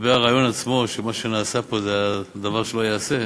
לגבי הרעיון עצמו, שמה שנעשה פה זה דבר שלא ייעשה,